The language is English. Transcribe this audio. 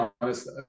honest